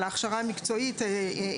אנחנו מדברים,